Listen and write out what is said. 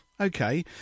Okay